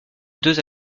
deux